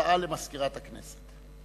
הודעה למזכירת הכנסת.